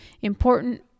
important